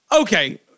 okay